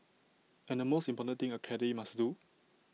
and the most important thing A caddie must do